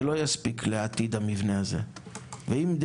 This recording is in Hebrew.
זה לא יספיק לעתיד המבנה הזה; ואם,